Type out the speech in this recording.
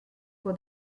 for